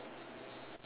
okay alright